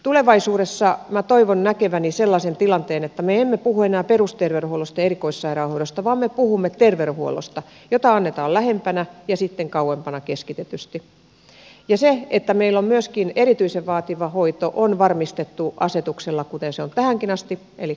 tulevaisuudessa minä toivon näkeväni sellaisen tilanteen että me emme puhu enää perusterveydenhuollosta ja erikoissairaanhoidosta vaan me puhumme terveydenhuollosta jota annetaan lähempänä ja sitten kauempana keskitetysti ja meillä on myöskin erityisen vaativa hoito varmistettu asetuksella kuten tähänkin asti eli keskitetysti